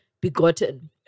Begotten